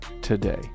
today